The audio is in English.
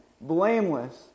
blameless